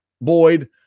Boyd